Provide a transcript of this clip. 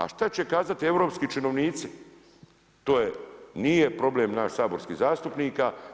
A što će kazati europski činovnici to nije problem nas saborskih zastupnika.